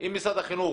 אם משרד החינוך